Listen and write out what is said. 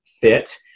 fit